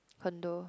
condo